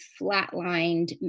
flatlined